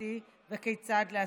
הממשלתי וכיצד להסירם.